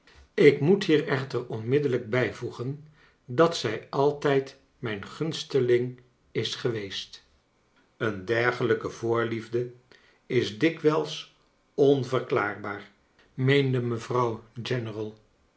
ik moet hier echter onmiddellijk bijvoegen dat zij altijd mijn gunsteling is geweest een dergelijke voorliefde is dik wijls onverklaarbaar meende mevrouw general